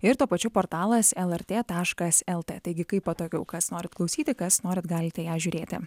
ir tuo pačiu portalas lrt taškas lt taigi kaip patogiau kas norit klausyti kas norit galite ją žiūrėti